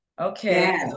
Okay